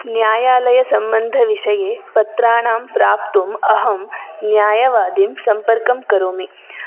न्यायालयासम्बद्धविषये पत्राणां प्राप्तुम् अहं न्यायवादीं सम्पर्कं करोमि